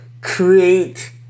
create